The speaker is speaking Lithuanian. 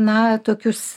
na tokius